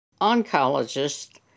oncologist